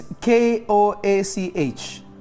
k-o-a-c-h